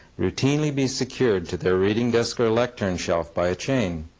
routinely be secured to their reading desk or lectern shelf by a chain.